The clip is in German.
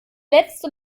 letzte